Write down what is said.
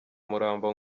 umurambo